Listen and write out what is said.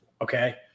Okay